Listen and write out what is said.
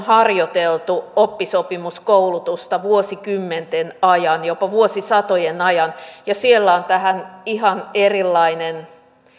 harjoiteltu oppisopimuskoulutusta vuosikymmenten ajan jopa vuosisatojen ajan ja siellä on tähän ihan erilainen